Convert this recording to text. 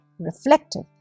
reflective